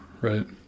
right